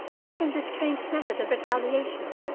taken this strange method of retaliation,